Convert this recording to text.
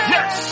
Yes